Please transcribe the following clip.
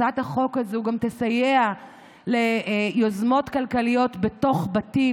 הצעת החוק הזאת גם תסייע ליוזמות כלכליות בתוך בתים,